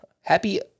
Happy